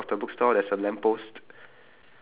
and then right below that there's a green colour poster